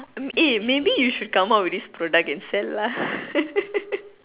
hmm eh maybe you should come up with this product instead lah